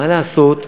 מה לעשות,